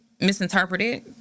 misinterpreted